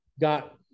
got